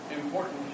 important